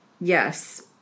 Yes